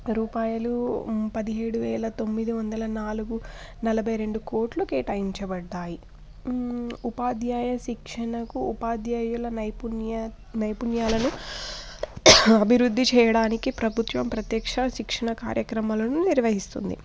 రూపాయలు పదిహేడు వేల తొమ్మిది వందల నాలుగు నలభై రెండు కోట్లు కేటాయించబడ్డాయి ఉపాధ్యాయ శిక్షణకు ఉపాధ్యాయుల నైపుణ్య నైపుణ్యాలను అభివృద్ధి చేయడానికి ప్రభుత్వం ప్రత్యక్ష శిక్షణ కార్యక్రమాలను నిర్వహిస్తుంది